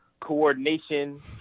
coordination